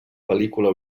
pel·lícula